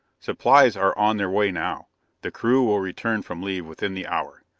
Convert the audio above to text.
supplies are on their way now the crew will return from leave within the hour.